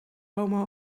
homo